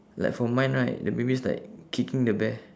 like for mine right the baby is like kicking the bear